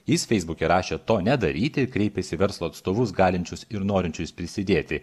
jis feisbuke rašė to nedaryti kreipėsi į verslo atstovus galinčius ir norinčius prisidėti